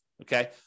okay